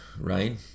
right